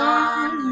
on